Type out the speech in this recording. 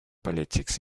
politics